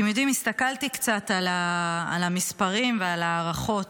אתם יודעים, הסתכלתי קצת על המספרים ועל ההערכות.